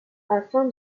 afin